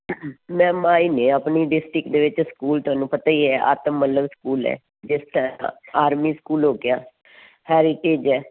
ma'am ਆਹੀ ਨੇ ਆਪਣੀ ਡਿਸਟਰਿਕਟ ਦੇ ਵਿੱਚ ਸਕੂਲ ਤੁਹਾਨੂੰ ਪਤਾ ਹੀ ਹੈ ਆਤਮ ਮਤਲਬ ਸਕੂਲ ਹੈ ਜਿਸ ਤਰਾਂ ਆਰਮੀ ਸਕੂਲ ਹੋ ਗਿਆ ਹੈਰੀਟੇਜ ਹੈ